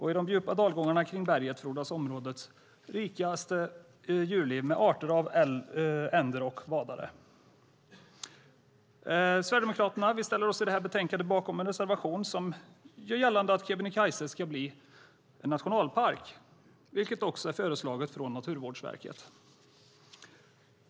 I de djupa dalgångarna kring berget frodas områdets rikaste djurliv med arter av änder och vadare. Sverigedemokraterna ställer sig i detta betänkande bakom en reservation som gör gällande att Kebnekaise ska bli nationalpark, vilket också är föreslaget från Naturvårdsverket.